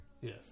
Yes